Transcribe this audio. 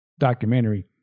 Documentary